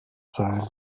sein